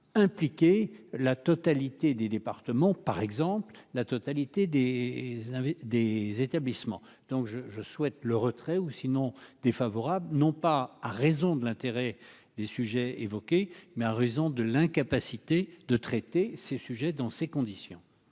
impliquer la totalité des départements, par exemple, la totalité des des établissements donc je je souhaite le retrait ou sinon défavorable, non pas à raison de l'intérêt des sujets évoqués, mais en raison de l'incapacité de traiter ces sujets dans ces conditions.